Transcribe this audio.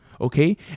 Okay